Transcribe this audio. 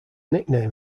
nickname